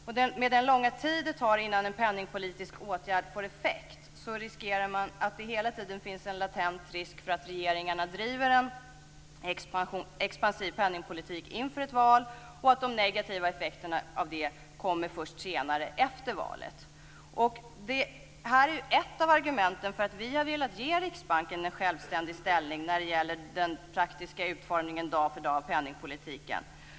Och med den långa tid det tar innan en penningpolitisk åtgärd får effekt är faran att det hela tiden finns en latent risk för att regeringarna driver en expansiv penningpolitik inför ett val och att de negativa effekterna av denna kommer först senare, efter valet. Det är ett av argumenten för att vi har velat ge Riksbanken en självständig ställning när det gäller den praktiska utformningen dag för dag av penningpolitiken.